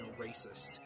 racist